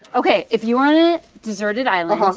ok. if you were on a deserted island. uh-huh,